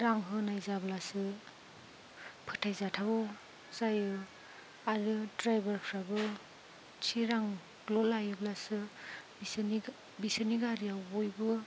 रां होनाय जाब्लासो फोथायजाथाव जायो आरो द्राइभारफ्राबो थि रांल' लायोब्लासो बिसोरनि बिसोरनि गारियाव बयबो